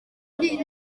nari